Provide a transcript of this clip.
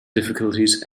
difficulties